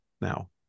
now